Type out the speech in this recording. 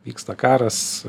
vyksta karas